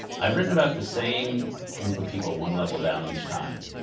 i've written about the same group of people one level down each time